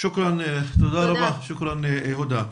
תודה רבה הודא.